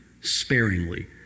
sparingly